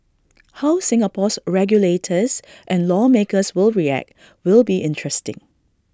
how Singapore's regulators and lawmakers will react will be interesting